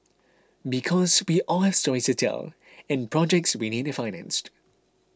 because we all have stories to tell and projects we need financed